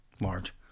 large